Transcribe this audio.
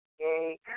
okay